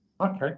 Okay